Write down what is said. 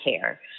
care